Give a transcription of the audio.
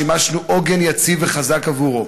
שימשנו עוגן יציב וחזק עבורו.